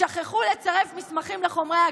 שכחו לצרף מסמכים לחומרי ההגנה.